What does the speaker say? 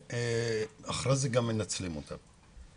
ואחרי זה גם מנצלים אותם.